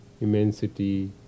immensity